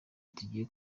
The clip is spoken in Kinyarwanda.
tugiye